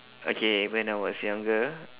okay when I was younger